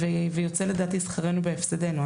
ויוצא לדעתי שכרנו בהפסדנו.